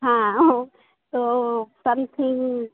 हाँ हाँ वह वह समथिन्ग